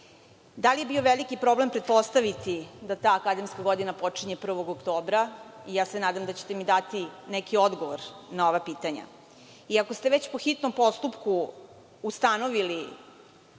Da li je bio veliki problem pretpostaviti da ta akademska godina počinje 1. oktobra. Nadam se da ćete mi dati neki odgovor na ova pitanja. Iako ste već po hitnom postupku ustanovili